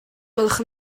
gwelwch